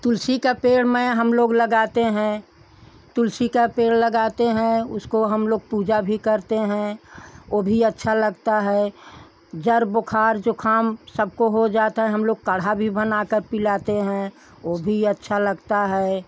तुलसी का पेड़ मैं हम लोग लगाते हैं तुलसी का पेड़ लगाते हैं उसको हम लोग पूजा भी करते हैं ओ भी अच्छा लगता है जड़ बोखार जोखाम सबको हो जाता है हम लोग काढ़ा भी बनाकर पिलाते है ओ भी अच्छा लगता है